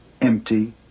empty